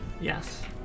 Yes